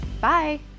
Bye